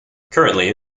currently